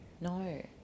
No